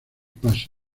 paso